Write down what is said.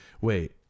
wait